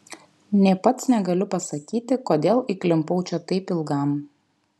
nė pats negaliu pasakyti kodėl įklimpau čia taip ilgam